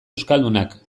euskaldunak